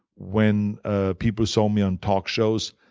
when ah people saw me on talk shows,